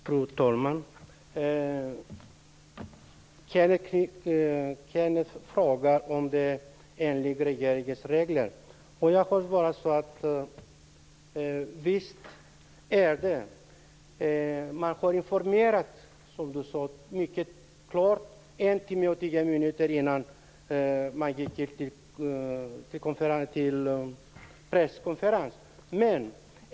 Fru talman! Kenneth Kvist frågar om regeringen följde reglerna. Man har, som Kenneth Kvist sade, mycket klart informerat en timme och tio minuter innan man gick till presskonferensen.